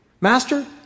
Master